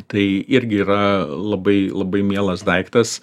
tai irgi yra labai labai mielas daiktas